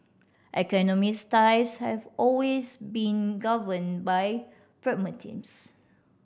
economics ties have always been governed by pragmatism